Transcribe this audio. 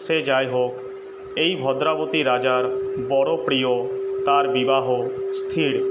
সে যাই হোক এই ভদ্রাবতী রাজার বড়ো প্রিয় তার বিবাহ স্থির